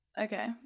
Okay